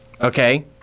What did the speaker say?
okay